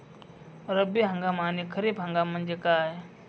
रब्बी हंगाम आणि खरीप हंगाम म्हणजे काय?